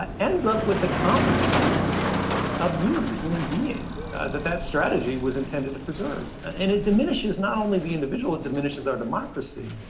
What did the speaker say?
ends up with the compromise of you, the human being that that strategy was intended to preserve. and and it diminishes not only be individual, it diminishes our democracy.